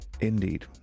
indeed